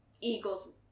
Eagles